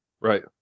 Right